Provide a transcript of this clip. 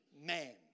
man